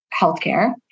healthcare